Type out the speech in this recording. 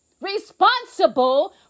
responsible